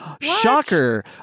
shocker